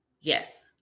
yes